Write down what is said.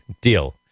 Deal